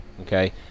okay